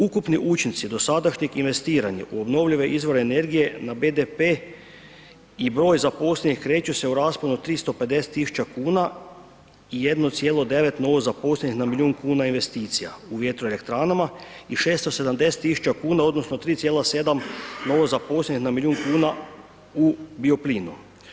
Ukupni učinci dosadašnjeg investiranje u obnovljive izvore energije na BDP i broj zaposlenih, kreću se u rasponu od 350 000 kuna i 1,9 novo zaposlenih na milijun kuna investicija u vjetroelektranama i 670 000 odnosno 3,7 novozaposlenih na milijun kuna u bioplinu.